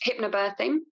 hypnobirthing